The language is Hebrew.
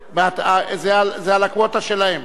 ותועבר לוועדת הכלכלה כדי להכינה לקריאה